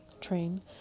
train